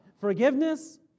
Forgiveness